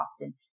often